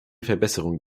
verbesserung